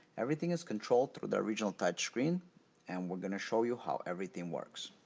everything is controlled through the original touchscreen and we're gonna show you how everything works.